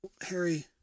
Harry